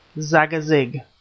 Zagazig